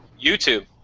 YouTube